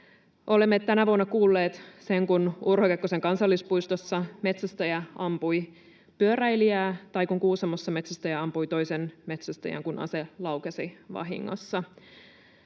Olemme tänä vuonna kuulleet sen, kuinka Urho Kekkosen kansallispuistossa metsästäjä ampui pyöräilijää tai kuinka Kuusamossa metsästäjä ampui toisen metsästäjän, kun ase laukesi vahingossa.